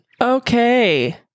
Okay